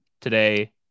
today